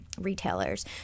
retailers